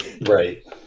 right